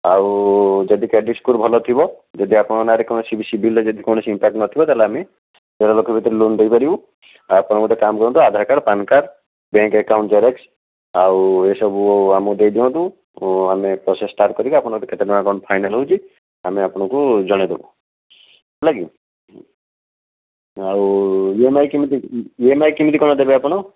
ଆଉ ଯଦି credit score ଭଲ ଥିବ ଯଦି ଆପଣଙ୍କ ନାଁରେ କୌଣସି ସିବିଲରେ ଯଦି କୌଣସି ଇମ୍ପାକ୍ଟ ନଥିବ ତା'ହେଲେ ଆମେ ଦେଢ଼ ଲକ୍ଷ ଭିତରେ ଲୋନ ଦେଇପାରିବୁ ଆପଣ ଗୋଟେ କାମ କରନ୍ତୁ Aadhaar card PAN card bank account xerox ଆଉ ଏସବୁ ଆମକୁ ଦେଇଦିଅନ୍ତୁ ଆମେ ପ୍ରୋସେସ୍ ଷ୍ଟାର୍ଟ କରିକି ଆପଣଙ୍କୁ କେତେ ଟଙ୍କା କ'ଣ ଫାଇନାଲ ହେଉଛି ଆମେ ଆପଣଙ୍କୁ ଜଣାଇଦେବୁ ହେଲାକି ଆଉ ଇ ଏମ ଆଇ କେମିତି ଇ ଏମ ଆଇ କେମିତି କ'ଣ ଦେବେ ଆପଣ